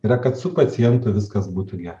yra kad su pacientu viskas būtų gerai